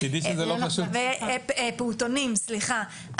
פעוטונים סליחה,